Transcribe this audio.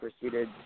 proceeded